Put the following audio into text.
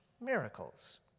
miracles